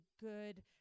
good